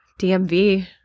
DMV